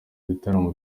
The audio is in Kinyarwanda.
bitaramo